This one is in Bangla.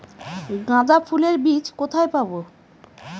গাঁদা ফুলের বীজ কোথায় পাবো?